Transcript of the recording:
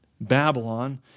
Babylon